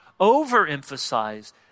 overemphasize